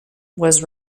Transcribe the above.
was